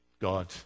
God